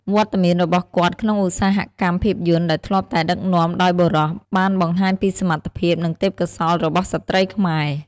វត្តមានរបស់គាត់ក្នុងឧស្សាហកម្មភាពយន្តដែលធ្លាប់តែដឹកនាំដោយបុរស បានបង្ហាញពីសមត្ថភាព និងទេពកោសល្យរបស់ស្ត្រីខ្មែរ។